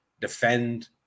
defend